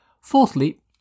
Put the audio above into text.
Fourthly